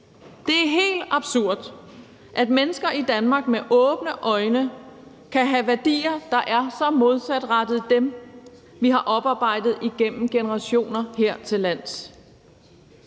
Det er helt absurd, at mennesker i Danmark med åbne øjne kan have værdier, der er så modsatrettede dem, vi har oparbejdet igennem generationer hertillands.